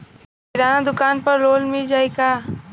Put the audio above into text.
किराना दुकान पर लोन मिल जाई का?